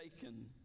taken